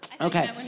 Okay